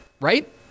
right